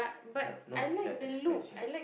but not that expensive